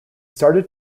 started